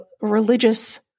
religious